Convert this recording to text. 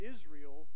Israel